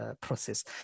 process